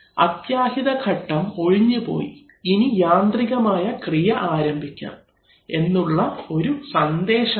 അത്യാഹിത ഘട്ടം ഒഴിഞ്ഞു പോയി ഇനി യാന്ത്രികമായ ക്രിയ ആരംഭിക്കാം എന്നുള്ള ഒരു സന്ദേശമാണ്